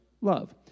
love